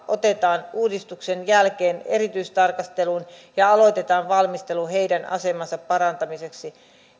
otetaan uudistuksen jälkeen erityistarkasteluun ja ja aloitetaan valmistelu heidän asemansa parantamiseksi